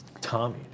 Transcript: Tommy